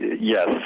yes